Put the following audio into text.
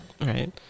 Right